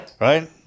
Right